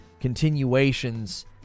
continuations